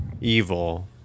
evil